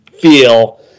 Feel